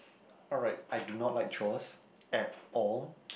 alright I do not like chores at all